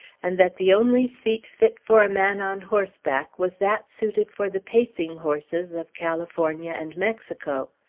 and that the only seat fit for a man on horseback was that suited for the pacing horses of california and mexico.